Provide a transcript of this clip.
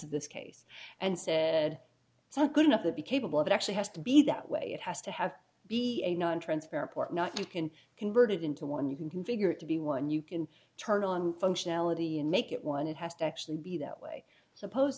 of this case and said it's not good enough to be capable of it actually has to be that way it has to have be a nontransparent port not you can convert it into one you can configure it to be one you can turn it on functionality and make it one it has to actually be that way suppose